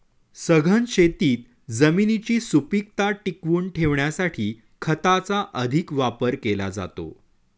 सघन शेतीत जमिनीची सुपीकता टिकवून ठेवण्यासाठी खताचा अधिक वापर केला जातो